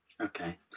Okay